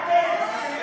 כספים.